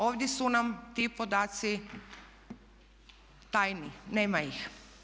Ovdje su nam ti podaci tajni, nema ih.